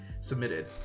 submitted